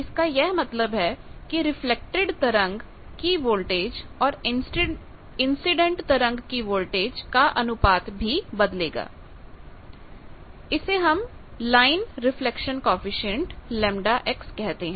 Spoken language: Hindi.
इसका यह मतलब है कि रिफ्लेक्टेड तरंग की वोल्टेज और इंसीडेंट तरंग की वोल्टेज का अनुपात भी बदलेगा इसे हम लाइन रिफ्लेक्शन कॉएफिशिएंट Γ कहते हैं